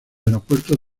aeropuertos